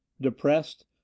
Depressed